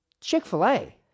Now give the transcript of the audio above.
Chick-fil-A